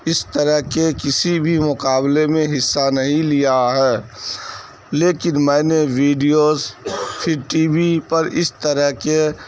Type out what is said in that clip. اس طرح کے کسی بھی مقابلے میں حصہ نہیں لیا ہے لیکن میں نے ویڈیوز پھر ٹی وی پر اس طرح کے